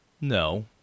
No